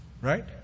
Right